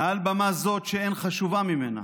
מעל במה זו, שאין חשובה ממנה,